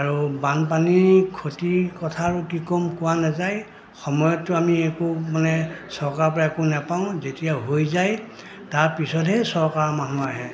আৰু বানপানীৰ ক্ষতিৰ কথা আৰু কি কম কোৱা নাযায় সময়ততো আমি একো মানে চৰকাৰৰ পৰা একো নাপাওঁ যেতিয়া হৈ যায় তাৰপিছতহে চৰকাৰৰ মানুহ আহে